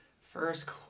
First